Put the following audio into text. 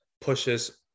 pushes